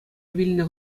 вилнӗ